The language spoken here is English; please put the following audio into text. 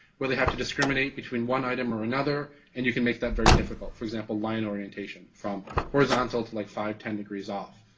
where they have to discriminate between one item or another and you can make that very difficult. for example, line orientation from horizontal to like five, ten degrees off.